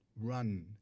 run